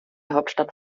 hauptstadt